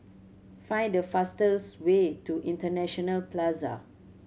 find the fastest way to International Plaza